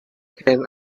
can